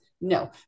no